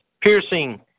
Piercing